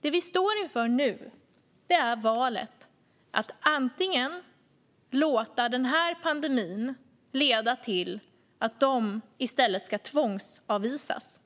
Det vi står inför nu är valet mellan att antingen låta pandemin leda till att de i stället ska tvångsavvisas,